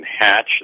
Hatch